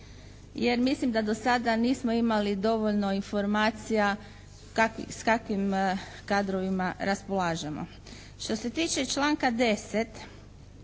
Jer mislim da do sada nismo imali dovoljno informacija s kakvim kadrovima raspolažemo. Što se tiče članka 10.